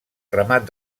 remat